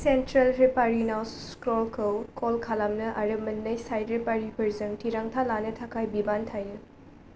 central रेफारिनाव स्क्ररखौ call खालामनो आरो मोननै साइड रेफारिफोरजों थिरांथा लानो थाखाय बिबान थायो